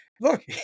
look